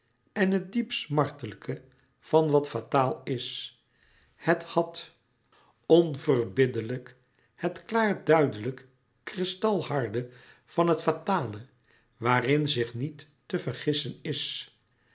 en het diep smartelijke van wat fataal is het had onverbiddelijk het klaar duidelijk kristalharde van het fatale waarin zich niet te vergissen is